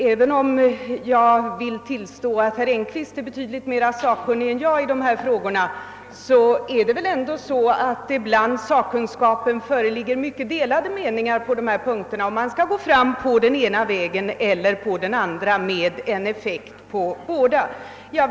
Även om jag vill tillstå att herr Engkvist är betydligt mer sakkunnig än jag i dessa frågor, tror jag att det inom sakkunskapen föreligger mycket delade meningar när det gäller om man skall gå fram på den ena vägen eller på den andra med en effekt på båda slagen.